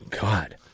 god